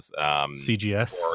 CGS